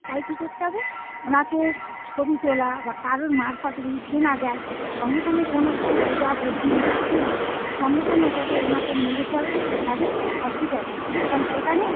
তাই কি করতে হবে ওনাকে ছবি তোলা বা কারো মারফতে যদি চেনা যায় সঙ্গে সঙ্গে কোনো কিছুর ওঝা বদ্যি না করে সঙ্গে সঙ্গে ওনাকে ওনাকে নিয়ে যেতে হবে সরকারি হসপিটালে কারণ সেখানে